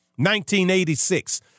1986